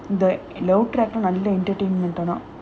the entertain பண்ணா:panna